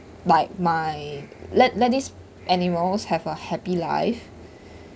but my let let these animals have a happy life